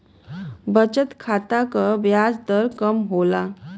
बचत खाता क ब्याज दर कम होला